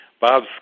Bob